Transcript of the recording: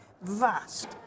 vast